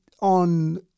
on